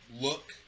look